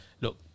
look